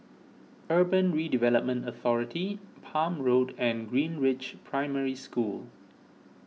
Urban Redevelopment Authority Palm Road and Greenridge Primary School